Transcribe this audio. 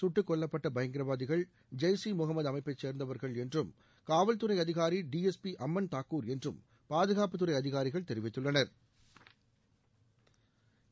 கட்டுக்கொல்லப்பட்ட பயங்கரவாதிகள் ஜெய்ஸ் இ முகமது அமைப்பை சேர்ந்தவர்கள் என்றும் காவல்துறை அதிகாரி D S P Aman Thakur என்றும் பாதுகாப்புத்துறை அதிகாரிகள் தெரிவித்துள்ளனா்